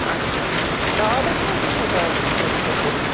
اَچھ حظ نہَ آرڈَر چھُنہٕ حظ دیُتمُت راتھ حظ کیکہٕ خٲطرٕ